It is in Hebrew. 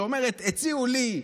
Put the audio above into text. שאומרת: הציעו לי,